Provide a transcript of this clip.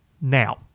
now